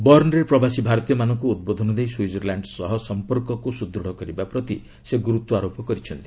ବର୍ନରେ ପ୍ରବାସୀ ଭାରତୀୟମାନଙ୍କୁ ଉଦ୍ବୋଧନ ଦେଇ ସୁଇଜରଲ୍ୟାଣ୍ଡ ସହ ସଂପର୍କକୁ ସୁଦୃଢ଼ କରିବା ପ୍ରତି ଗୁରୁତ୍ୱାରୋପ କରିଛନ୍ତି